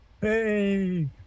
Hey